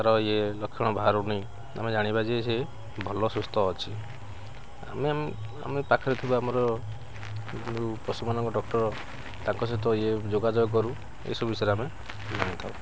ତା'ର ଇଏ ଲକ୍ଷଣ ବାହାରୁନି ଆମେ ଜାଣିବା ଯେ ସେ ଭଲ ସୁସ୍ଥ ଅଛି ଆମେ ଆମେ ପାଖରେ ଥିବା ଆମର ଯୋଉ ପଶୁମାନଙ୍କ ଡ଼କ୍ଟର୍ ତାଙ୍କ ସହିତ ଇଏ ଯୋଗାଯୋଗ କରୁ ଏସବୁ ବିଷୟରେ ଆମେ ଜାଣିଥାଉ